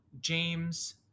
James